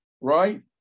right